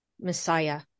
messiah